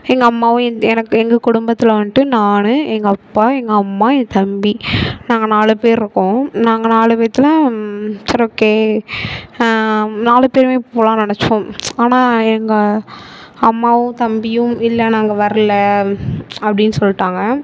எங்கள் அம்மாவும் என் எனக்கு எங்கள் குடும்பத்தில் வந்துட்டு நான் எங்கள் அப்பா எங்கள் அம்மா என் தம்பி நாங்கள் நாலு பேர் இருக்கோம் நாங்கள் நாலு பேர்த்துல சரி ஓகே நாலு பேருமே போகலான்னு நினச்சோம் ஆனால் எங்கள் அம்மாவும் தம்பியும் இல்லை நாங்கள் வர்லை அப்படின்னு சொல்லிட்டாங்க